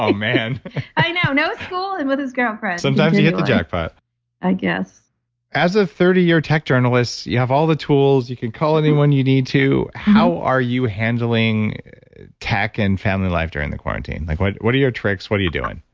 man i know, no school and with his girlfriend sometimes you hit the jackpot i guess as a thirty year tech journalists, you have all the tools, you can call anyone you need to. how are you handling tech and family life during the quarantine? like what what are your tricks? what are you doing?